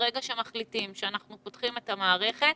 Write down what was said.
ברגע שמחליטים שאנחנו פותחים את המערכת,